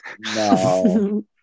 No